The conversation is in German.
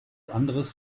anderes